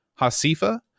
Hasifa